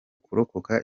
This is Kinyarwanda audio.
kurokoka